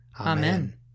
Amen